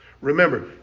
Remember